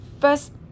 first